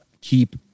keep